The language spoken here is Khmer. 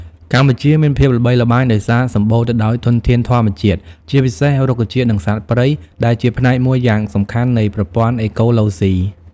កម្ពុជាមានភាពល្បីល្បាញដោយសារសម្បូរទៅដោយធនធានធម្មជាតិ ជាពិសេស រុក្ខជាតិ និងសត្វព្រៃ ដែលជាផ្នែកមួយយ៉ាងសំខាន់នៃប្រព័ន្ធអេកូឡូស៊ី។